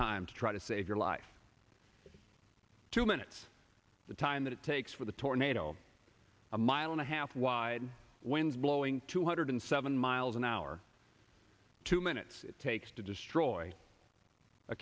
time to try to save your life two minutes the time that it takes for the tornado a mile and a half wide winds blowing two hundred seven miles an hour two minutes it takes to destroy a